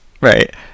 Right